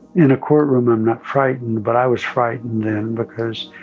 in a courtroom, i'm not frightened, but i was frightened then because,